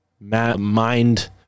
mind